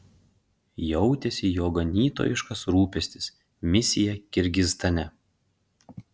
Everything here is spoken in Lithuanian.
jautėsi jo ganytojiškas rūpestis misija kirgizstane